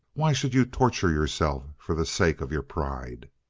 why should you torture yourself for the sake of your pride?